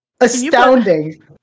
astounding